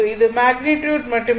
இது மேக்னிட்யுட் மட்டுமே